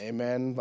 Amen